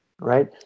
right